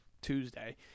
Tuesday